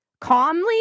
calmly